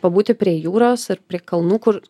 pabūti prie jūros ar prie kalnų kur